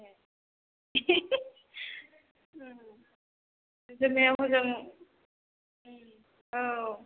ए जोंनिय हजों औ औ